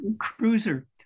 cruiser